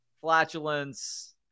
Flatulence